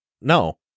no